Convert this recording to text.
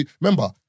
Remember